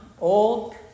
old